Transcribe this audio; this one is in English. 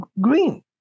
green